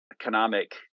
economic